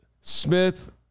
Smith